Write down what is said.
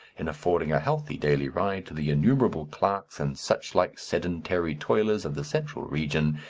in affording a healthy daily ride to the innumerable clerks and such-like sedentary toilers of the central region,